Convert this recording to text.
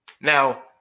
Now